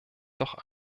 doch